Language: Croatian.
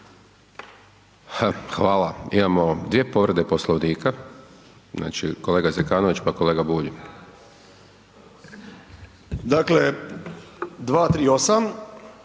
Hvala. Imamo dvije povrede Poslovnika. Znači kolega Zekanović pa kolega Bulj. **Zekanović,